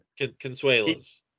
Consuelos